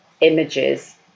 images